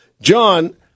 John